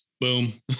boom